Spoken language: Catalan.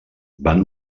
van